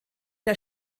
der